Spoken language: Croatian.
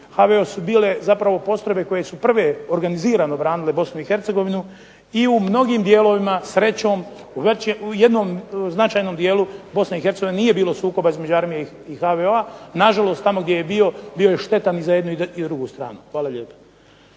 HVO bile postrojbe koje su prve organizirano branile Bosnu i Hercegovinu i u mnogim dijelovima srećom u jednom značajnom dijelu Bosne i Hercegovine nije bilo sukoba između armije i HVO-a. nažalost tamo gdje je bio, bio je štetan i za jednu i za drugu stranu. Hvala lijepo.